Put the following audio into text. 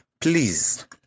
Please